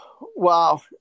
Wow